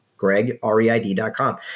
gregreid.com